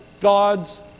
God's